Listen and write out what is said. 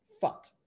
fuck